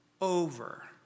over